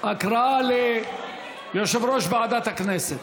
הודעה ליושב-ראש ועדת הכנסת.